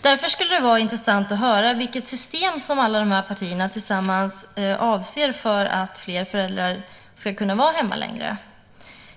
Det skulle därför vara intressant att höra vilket system alla dessa partier tillsammans syftar på för att fler föräldrar ska kunna vara hemma längre.